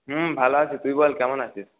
হুম ভালো আছি তুই বল কেমন আছিস